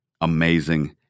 amazing